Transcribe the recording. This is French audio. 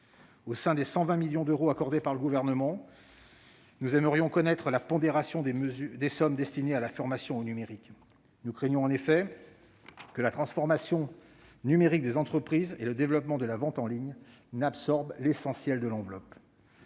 Au sein des 120 millions d'euros accordés par le Gouvernement à ces entreprises, nous aimerions connaître la pondération des sommes destinées à la formation au numérique. Nous craignons en effet que la transformation numérique des entreprises et le développement de la vente en ligne n'absorbent l'essentiel de l'enveloppe.